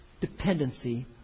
dependency